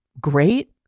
great